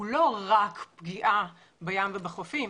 הוא לא רק פגיעה בים ובחופים,